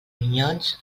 minyons